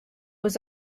was